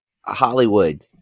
Hollywood